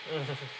mm